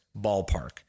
ballpark